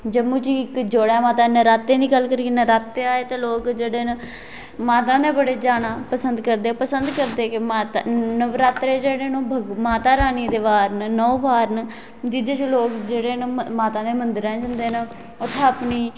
जम्मू च इक जोड़ा माता ऐ नराते दी गल्ल करिये नराते च लोक जेह्ड़े न माता दे जाना बड़े पसंद करदे पसंद करगे के माता नवरात्रे जेह्ड़े न ओह् भगवती माता रानी दे बार न नौ वार न जेह्दे च लोक जेह्ड़े न ओह् माता दे मंदरें च जंदे न उत्थै अपनी